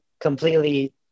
completely